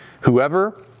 whoever